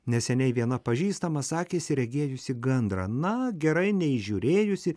neseniai viena pažįstama sakėsi regėjusi gandrą na gerai neįžiūrėjusi